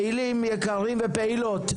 פעילים יקרים ופעילות,